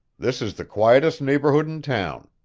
this is the quietest neighborhood in town.